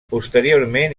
posteriorment